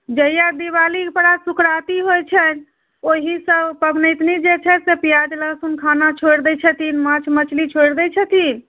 जहिआ दिवालीके परात सुकराती होइत छनि ओहिसँ पबनैतनि जे छथि से प्याज लहसुन खाना छोड़ि दै छथिन माँछ मछली छोड़ि दै छथिन